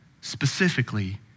specifically